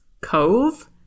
Cove